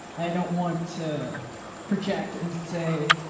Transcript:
i don't want to project and say,